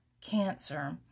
cancer